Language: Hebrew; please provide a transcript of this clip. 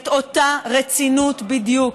לאותה רצינות בדיוק,